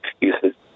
excuses